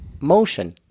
motion